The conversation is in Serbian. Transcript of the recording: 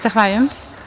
Zahvaljujem.